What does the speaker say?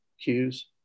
cues